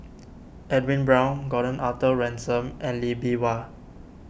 Edwin Brown Gordon Arthur Ransome and Lee Bee Wah